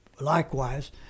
likewise